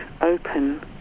open